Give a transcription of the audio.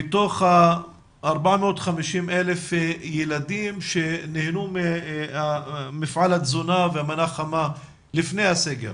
מתוך ה-450,000 ילדים שנהנו ממפעל התזונה ומנה חמה לפני הסגר,